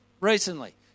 recently